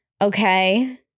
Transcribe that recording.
Okay